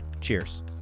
Cheers